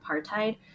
apartheid